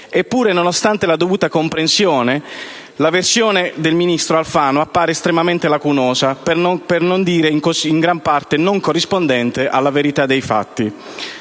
Eppure, nonostante la dovuta comprensione, la versione del ministro Alfano appare estremamente lacunosa, per non dire in gran parte non corrispondente alla verità dei fatti.